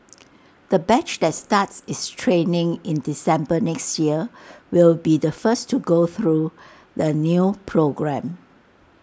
the batch that starts its training in December next year will be the first to go through the new programme